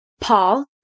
Paul